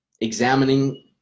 examining